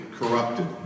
corrupted